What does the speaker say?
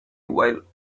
while